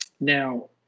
Now